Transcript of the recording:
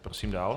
Prosím dál.